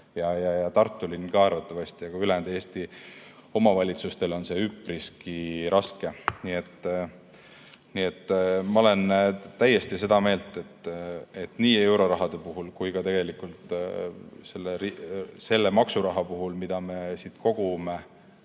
ja Tartu linna oma ka arvatavasti, aga ülejäänud Eesti omavalitsustele on see üpriski raske. Nii et ma olen täiesti seda meelt, et nii eurorahade puhul kui ka tegelikult selle maksuraha puhul, mida me kogume,